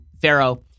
Pharaoh